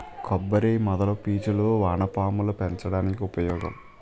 కొబ్బరి మొదల పీచులు వానపాములు పెంచడానికి ఉపయోగం